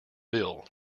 bill